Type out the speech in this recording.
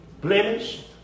Blemish